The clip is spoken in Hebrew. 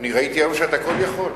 ראיתי היום שאתה כול-יכול.